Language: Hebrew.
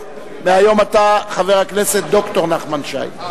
מהיום אתה חבר הכנסת ד"ר נחמן שי.